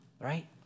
right